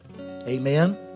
Amen